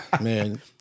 Man